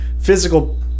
physical